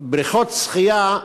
בריכות שחייה,